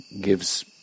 gives